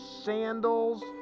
sandals